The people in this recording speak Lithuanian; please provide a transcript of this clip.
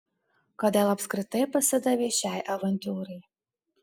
kodėl apskritai pasidavei šiai avantiūrai